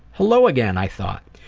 hello again i thought.